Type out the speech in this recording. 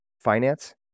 finance